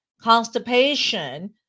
constipation